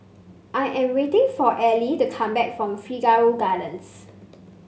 i am waiting for Ellie to come back from Figaro Gardens